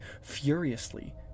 furiously